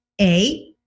A-